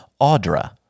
Audra